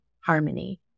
harmony